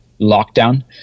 lockdown